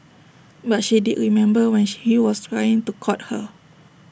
but she did remember when he was trying to court her